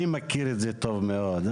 אני מכיר את זה טוב מאוד.